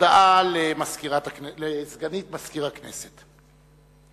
הודעה לסגנית מזכיר הכנסת.